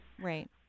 Right